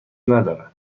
ندارد